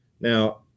Now